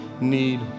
need